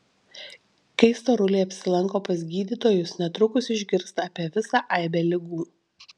kai storuliai apsilanko pas gydytojus netrukus išgirsta apie visą aibę ligų